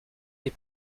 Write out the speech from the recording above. des